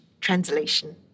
translation